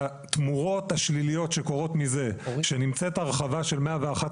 התמורות השליליות שקורות מזה שנמצאת הרחבה של 111